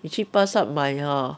我去巴刹买 hor